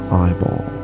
eyeball